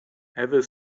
ever